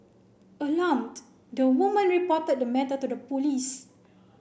alarmed the woman reported the matter to the police